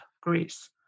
Greece